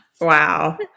Wow